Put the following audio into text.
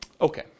Okay